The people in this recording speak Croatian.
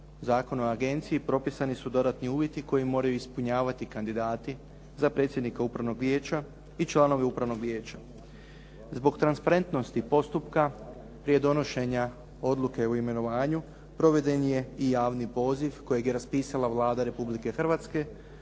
Zakona o agenciji propisani su dodatni uvjeti koje moraju ispunjavati kandidati za predsjednika Upravnog vijeća i članove Upravnog vijeća. Zbog transparentnosti postupka prije donošenja odluke o imenovanju proveden je i javni poziv kojeg je raspisala Vlada Republike Hrvatske